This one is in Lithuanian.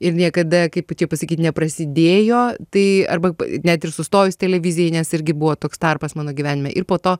ir niekada kaip va čia pasakyt neprasidėjo tai arba net ir sustojus televizijai nes irgi buvo toks tarpas mano gyvenime ir po to